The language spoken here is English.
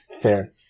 Fair